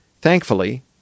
Thankfully